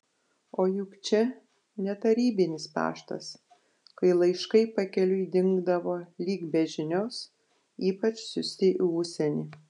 o juk čia ne tarybinis paštas kai laiškai pakeliui dingdavo lyg be žinios ypač siųsti į užsienį